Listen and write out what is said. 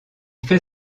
fait